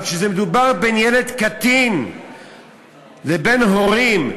אבל כשמדובר בין ילד קטין לבין הורים,